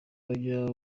bajya